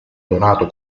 donato